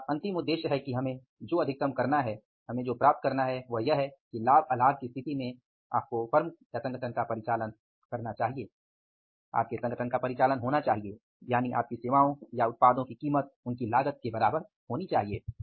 अर्थात अंतिम उद्देश्य है कि हमें जो अधिकतम करना है हमें जो प्राप्त करना है वह यह है कि लाभ अलाभ की स्थिती में आपकी फर्म का परिचालन होना चाहिए आपके संगठन का परिचालन होना चाहिए यानि आपकी सेवाओं या उत्पादों की कीमत लागत के बराबर होनी चाहिए